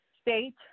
state